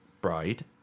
bride